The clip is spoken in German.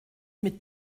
mit